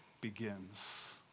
begins